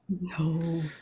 No